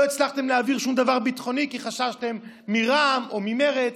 לא הצלחתם להעביר שום דבר ביטחוני כי חששתם מרע"מ או ממרצ.